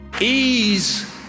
Ease